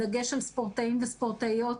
בדגש על ספורטאים וספורטאיות